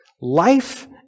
Life